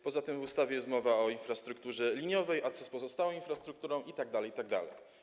Poza tym w ustawie jest mowa o infrastrukturze liniowej, a co z pozostałą infrastrukturą itd., itd.